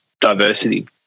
diversity